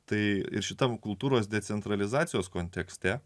tai ir šitam kultūros decentralizacijos kontekste